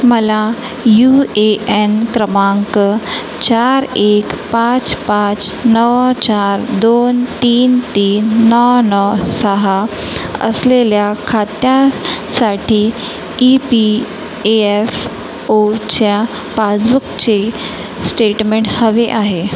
मला यूएएन क्रमांक चार एक पाच पाच नऊ चार दोन तीन तीन नऊ नऊ सहा असलेल्या खात्या साठी ई पी ए एफ ओच्या पासबुकचे स्टेटमेंट हवे आहे